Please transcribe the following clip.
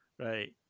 right